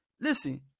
listen